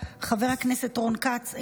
חבר הכנסת רון כץ,